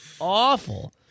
awful